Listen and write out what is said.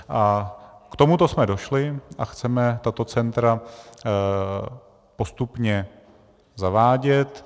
K tomuto jsme došli a chceme tato centra postupně zavádět.